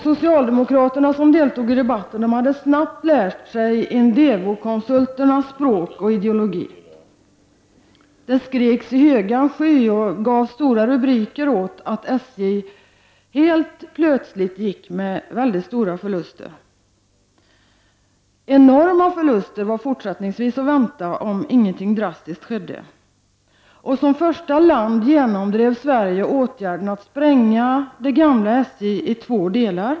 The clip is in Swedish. Socialdemokraterna hade snabbt lärt sig Indevokonsulternas språk och ideologi. Det skreks i högan sky och gavs stora rubriker om att SJ helt plötsligt gick med stor förlust. Enorma förluster var fortsättningsvis att vänta om inget drastiskt skedde. Sverige genomdrev som första land åtgärden att spränga det gamla SJ i två delar.